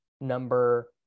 number